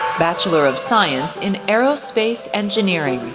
bachelor of science in aerospace engineering.